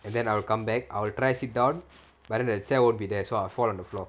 and then I will come back I'll try sit down but then the chair won't be there so I will fall on the floor